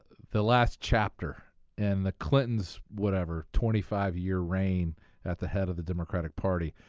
the last chapter in the clintons' whatever twenty five year reign at the head of the democratic party.